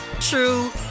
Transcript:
true